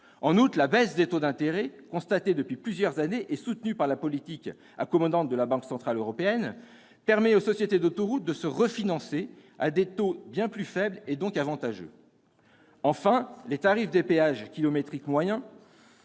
En outre, la baisse des taux d'intérêt constatée depuis plusieurs années et soutenue par la politique accommodante de la Banque centrale européenne permet aux sociétés d'autoroutes de se refinancer à des taux bien plus faibles et donc avantageux. Enfin, les tarifs kilométriques moyens